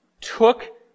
took